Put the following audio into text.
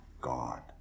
God